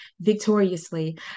victoriously